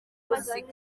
muziki